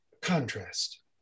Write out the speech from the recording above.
Contrast